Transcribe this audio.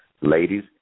Ladies